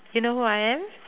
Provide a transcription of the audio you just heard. you know who I am